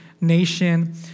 nation